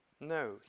no